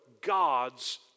God's